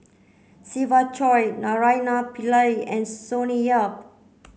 Siva Choy Naraina Pillai and Sonny Yap